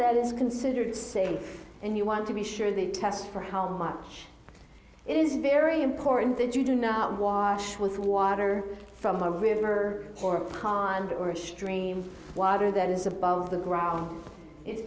that is considered safe and you want to be sure they test for how much it is very important that you do not wash with water from a river or piled orosz dream water that is above the ground it's